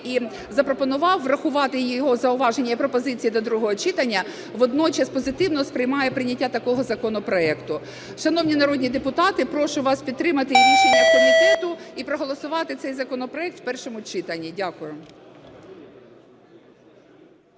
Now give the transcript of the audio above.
і запропонував врахувати його зауваження і пропозиції до другого читання, водночас позитивно сприймає прийняття такого законопроекту. Шановні народні депутати, прошу вас підтримати рішення комітету і проголосувати цей законопроект в першому читанні. Дякую.